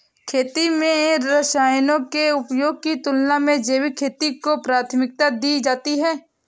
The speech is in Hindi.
खेती में रसायनों के उपयोग की तुलना में जैविक खेती को प्राथमिकता दी जाती है